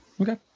Okay